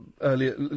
earlier